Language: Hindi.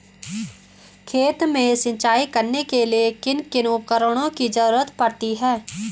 खेत में सिंचाई करने के लिए किन किन उपकरणों की जरूरत पड़ती है?